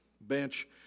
bench